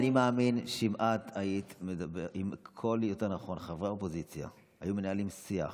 אני מאמין שאם חברי האופוזיציה היו מנהלים שיח